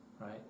right